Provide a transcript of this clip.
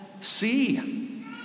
See